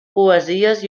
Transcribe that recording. poesies